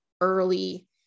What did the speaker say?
early